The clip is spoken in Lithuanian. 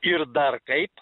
ir dar kaip